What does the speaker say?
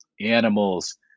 animals